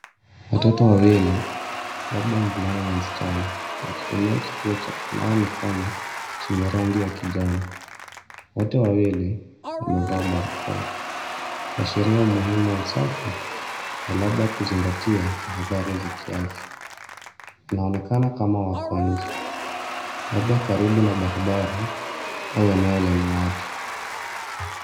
Watoto wawili, labda mvulana na msichana wakitumia kituo cha kunawa mikono chenye rangi ya kijani. Wote wawili wamevaa barakao, kuashiria umuhimu wa usafi na labda kuzingatia tahadhari za kiafya. Inonekana kama wako nje, labda karibu na barabara au eneo lenye watu.